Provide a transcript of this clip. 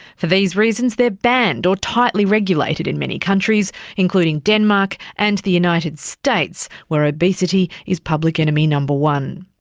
for these reasons, they are banned or tightly regulated in many countries, including denmark and the united states where obesity is public enemy number one.